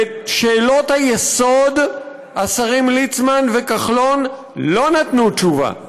על שאלות היסוד השרים ליצמן וכחלון לא נתנו תשובה.